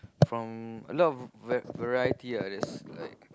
from a lot va~ variety ah there's like